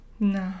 No